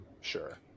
sure